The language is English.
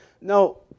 no